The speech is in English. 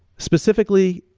specifically,